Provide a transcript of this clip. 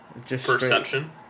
Perception